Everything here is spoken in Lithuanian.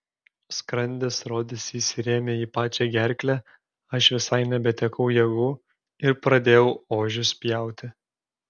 skrandis rodėsi įsirėmė į pačią gerklę aš visai nebetekau jėgų ir pradėjau ožius pjauti